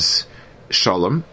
Shalom